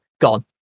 gone